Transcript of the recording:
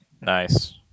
nice